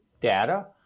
data